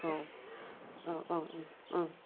औ ओ ओ ओ ओ